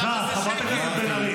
סליחה, חברת הכנסת בן ארי.